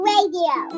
Radio